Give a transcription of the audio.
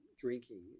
drinking